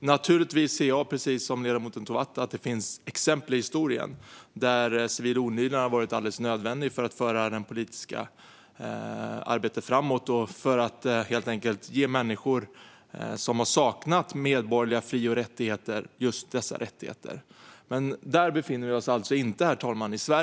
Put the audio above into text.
Naturligtvis ser jag, precis som ledamoten Tovatt, att det finns exempel i historien där civil olydnad har varit alldeles nödvändig för att föra det politiska arbetet framåt och helt enkelt ge människor som har saknat medborgerliga fri och rättigheter just detta. Där befinner vi oss dock inte i Sverige, herr talman.